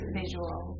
visual